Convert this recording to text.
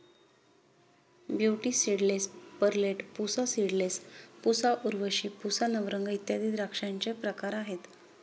beauty seedless, perlette, Pusa seedless, Pusa Urvashi, Pusa Navrang इत्यादी द्राक्षांचे प्रकार आहेत